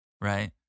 right